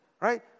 right